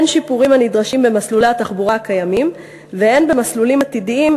הן שיפורים הנדרשים במסלולי התחבורה הקיימים והן במסלולים עתידיים,